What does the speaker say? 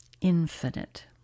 infinite